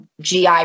GI